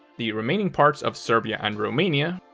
the remaining parts of serbia and romania,